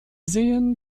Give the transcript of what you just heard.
sehen